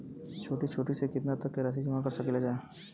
छोटी से छोटी कितना तक के राशि जमा कर सकीलाजा?